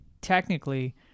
technically